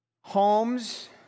homes